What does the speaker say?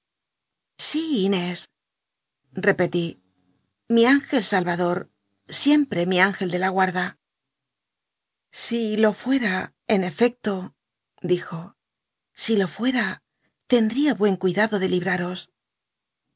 inés repetí i mi ingel sahador siempre mi üngel de la guarda si lo fuera en efecto dijo si lo fue m lendl'ia buen cuidado de lilmuos